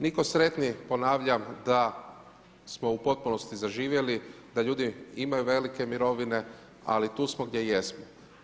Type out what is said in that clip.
Nitko sretniji, ponavljam da smo u potpunosti zaživjeli, da ljudi imaju velike mirovine ali tu smo gdje jesmo.